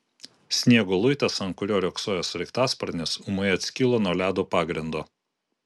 sniego luitas ant kurio riogsojo sraigtasparnis ūmai atskilo nuo ledo pagrindo